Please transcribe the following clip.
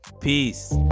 Peace